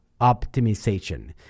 optimization